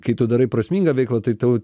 kai tu darai prasmingą veiklą tai tavo